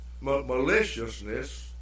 maliciousness